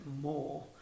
more